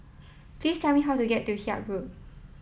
please tell me how to get to Haig Road